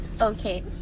Okay